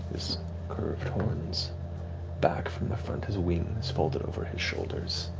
his curved horns back from the front, his wings folded over his shoulders.